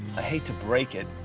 i hate to break it.